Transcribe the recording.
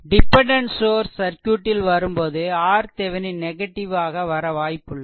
dependent source சர்க்யூட்டில் வரும்போது RThevenin negative ஆக வர வாய்ப்புள்ளது